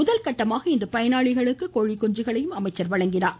முதல்கட்டமாக இன்று பயனாளிகளுக்கு கோழிக்குஞ்சுகளையும் அவர் வழங்கினார்